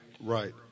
Right